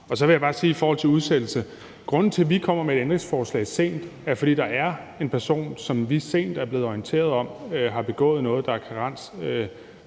Så vil jeg i forhold til udsættelse bare sige, at grunden til, at vi kommer sent med et ændringsforslag, er, at der er en person, som vi sent er blevet orienteret om har begået noget, der er